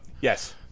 Yes